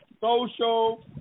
social